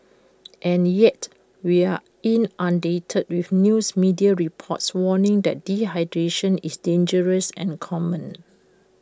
and yet we are inundated with news media reports warning that dehydration is dangerous and common